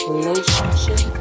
Relationship